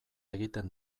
egiten